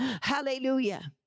Hallelujah